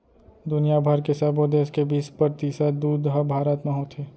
दुनिया भर के सबो देस के बीस परतिसत दूद ह भारत म होथे